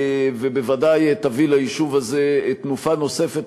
ובוודאי תביא ליישוב הזה תנופה נוספת